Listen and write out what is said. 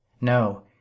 No